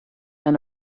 and